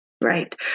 Right